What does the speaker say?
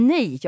Nej